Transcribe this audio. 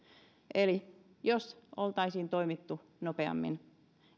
eli jos oltaisiin toimittu nopeammin